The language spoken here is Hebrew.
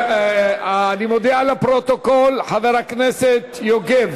אני מודיע לפרוטוקול: חבר הכנסת יוגב